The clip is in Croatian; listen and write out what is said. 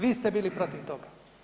Vi ste bili protiv toga.